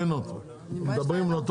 שלום לכולם, אני מתכבד לפתוח את ישיבת ועדת